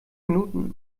minuten